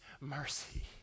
mercy